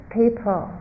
people